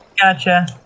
Gotcha